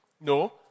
No